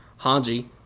Hanji